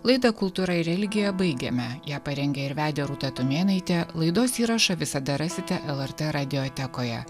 laidą kultūra ir religija baigėme ją parengė ir vedė rūta tumėnaitė laidos įrašą visada rasite lrt radijotekoje